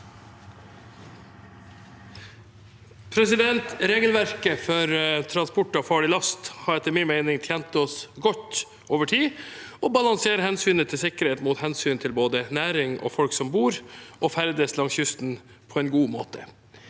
Regelverket for transport av farlig last har etter min mening tjent oss godt over tid og balanserer hensynet til sikkerhet mot hensynet til både næring og folk som bor og ferdes langs kysten, på en god måte.